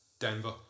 Denver